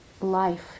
life